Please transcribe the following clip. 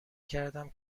کردم